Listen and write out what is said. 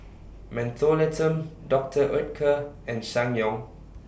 Mentholatum Doctor Oetker and Ssangyong